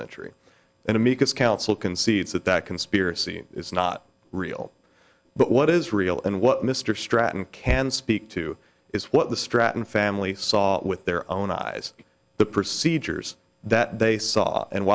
century and amicus counsel concedes that that conspiracy is not real but what is real and what mr stratton can speak to is what the stratton family saw with their own eyes the procedures that they saw and